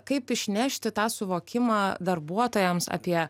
kaip išnešti tą suvokimą darbuotojams apie